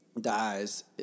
dies